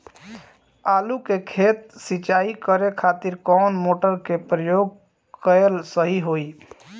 आलू के खेत सिंचाई करे के खातिर कौन मोटर के प्रयोग कएल सही होई?